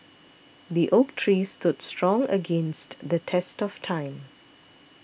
the oak tree stood strong against the test of time